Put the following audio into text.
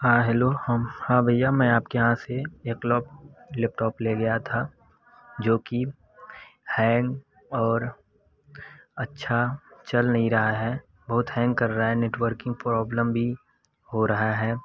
हाँ हेलो हम्म हाँ भईया मैं आपके यहाँ से एक लैपटॉप ले गया था जो कि हैंग और अच्छा चल नहीं रहा है बहुत हैंग कर रहा है नेटवाओरकिंग प्रॉबलम भी हो रहा है